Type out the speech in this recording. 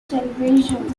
television